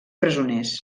presoners